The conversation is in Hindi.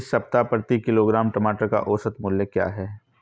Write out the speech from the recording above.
इस सप्ताह प्रति किलोग्राम टमाटर का औसत मूल्य क्या है?